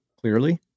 clearly